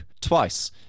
Twice